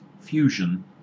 fusion